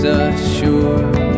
assured